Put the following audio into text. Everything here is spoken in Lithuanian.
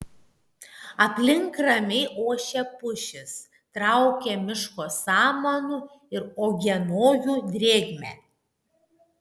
aplink ramiai ošia pušys traukia miško samanų ir uogienojų drėgme